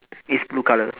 it's blue colour